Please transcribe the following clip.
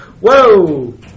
Whoa